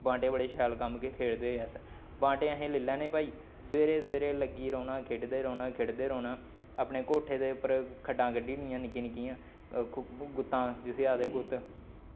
बांह्टे बड़े शैल कम्म दे खेढदे रेह् आं अस बांह्टे असें लेई लैने भई सवेरे सवेरे लग्गी रौह्ना खेढदे रौह्ना खेढ़दे रौह्ना अपने कोठे दे उप्पर खड्ढां कड्ढी दियां निक्की निक्कियां गूत्तां जिसी आखदे गुत्त